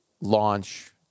launch